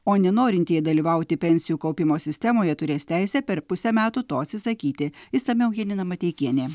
o nenorintieji dalyvauti pensijų kaupimo sistemoje turės teisę per pusę metų to atsisakyti išsamiau janina mateikienė